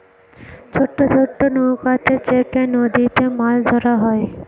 ছোট ছোট নৌকাতে চেপে নদীতে মাছ ধরা হয়